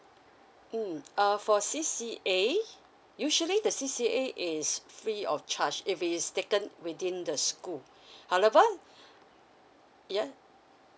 mm uh for C_C_A usually the C_C_A is free of charge if it is taken within the school however yeah